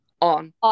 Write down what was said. On